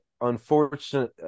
unfortunate